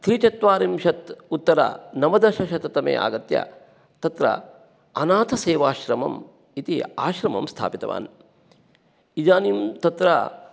त्रिचत्वारिंशत् उत्तरनवदशशततमे आगत्य तत्र अनाथसेवाश्रमम् इति आश्रमं स्थापितवान् इदानीं तत्र